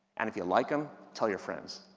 and if you like them, tell your friends.